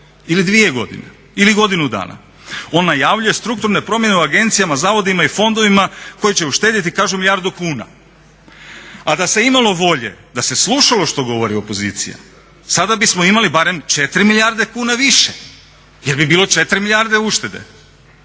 ili 2 godine ili godinu dana. On najavljuje strukturne promjene u agencijama, zavodima i fondovima koji će uštedjeti kažu milijardu kuna. A da se imalo volje, da se slušalo što govori opozicija sada bismo imali barem 4 milijarde kuna više jer bi bilo 4 milijarde uštede.